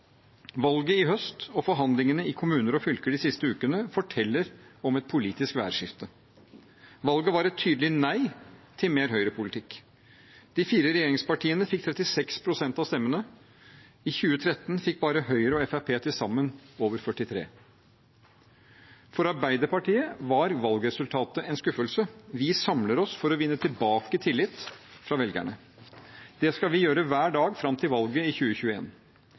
Valget i høst og forhandlingene i kommuner og fylker de siste ukene forteller om et politisk værskifte. Valget var et tydelig nei til mer høyrepolitikk. De fire regjeringspartiene fikk 36 pst. av stemmene. I 2013 fikk bare Høyre og Fremskrittspartiet til sammen over 43 pst. For Arbeiderpartiet var valgresultatet en skuffelse. Vi samler oss for å vinne tilbake tillit fra velgerne. Det skal vi gjøre hver dag fram til valget i